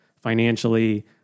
financially